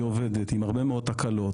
היא עובדת עם הרבה מאוד תקלות,